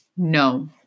No